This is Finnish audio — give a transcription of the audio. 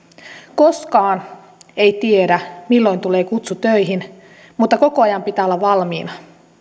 koskaan ei tiedä milloin tulee kutsu töihin mutta koko ajan pitää olla valmiina